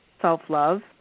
self-love